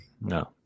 No